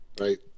Right